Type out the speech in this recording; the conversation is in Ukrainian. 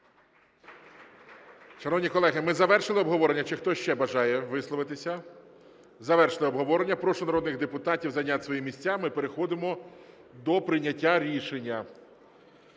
Шановні колеги, ми завершили обговорення, чи хтось ще бажає висловитися? Завершили обговорення. Прошу народних депутатів зайняти свої місця, ми переходимо до прийняття рішення.